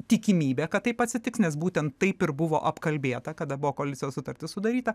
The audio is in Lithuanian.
tikimybė kad taip atsitiks nes būtent taip ir buvo apkalbėta kada buvo koalicijos sutartis sudaryta